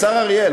השר אריאל,